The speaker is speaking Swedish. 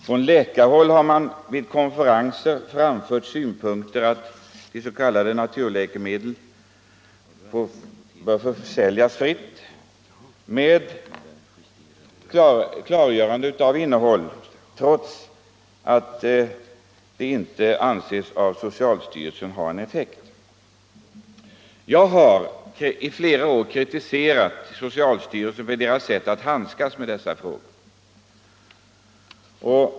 Från läkarhåll har det vid konferenser anförts att s.k. naturläkemedel bör försäljas fritt med klargörande av innehållet, trots att de av socialstyrelsen inte anses ha någon effekt. Jag har i flera år kritiserat socialstyrelsen för dess sätt att handskas med dessa frågor.